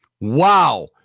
Wow